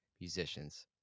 musicians